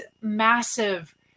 massive